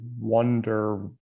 wonder